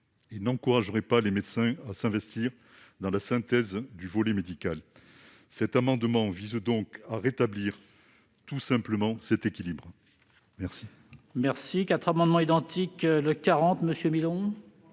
et n'encouragerait pas les médecins à s'investir dans la synthèse du volet médical. Cet amendement vise donc à rétablir cet équilibre. Les